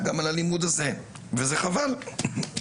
עוד ועדה ועוד ועדה, זה חלק מההתפתחות